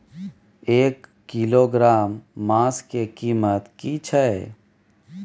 एक किलोग्राम मांस के कीमत की छै?